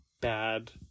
bad